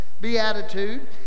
Beatitude